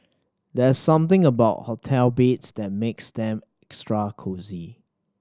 there's something about hotel beds that makes them extra cosy